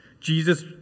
Jesus